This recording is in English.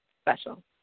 special